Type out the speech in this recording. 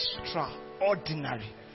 extraordinary